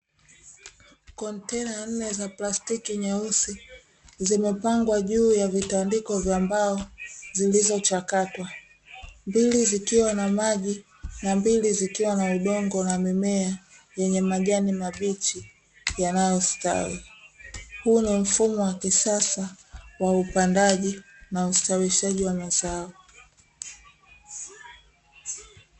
Kontena nne za plastiki nyeusi zimepangwa juu ya vitandiko vya mbao zilizochakatwa, mbili zikiwa na maji na mbili zikiwa na udongo na mimea yenye majani mabichi yanayostawi, huu ni mfumo wa kisasa wa upandaji na ustawishaji wa mazao.